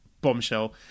bombshell